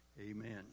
Amen